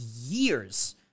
years